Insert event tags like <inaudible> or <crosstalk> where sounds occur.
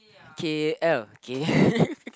K_L K <laughs>